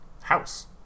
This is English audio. house